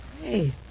Hey